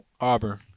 Auburn